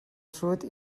sud